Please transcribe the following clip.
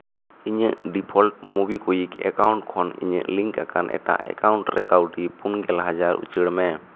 ᱤᱧᱟᱹᱜ default MobiKwik account ᱠᱷᱚᱱ ᱤᱧᱟᱹᱜ ᱞᱤᱝᱠ ᱟᱠᱟᱱ ᱮᱴᱟᱜ ᱮᱠᱟᱣᱩᱱᱴ ᱨᱮ ᱠᱟᱹᱣᱰᱤ ᱯᱩᱱ ᱜᱮᱞ ᱦᱟᱡᱟᱨ ᱩᱪᱟᱹᱲ ᱢᱮ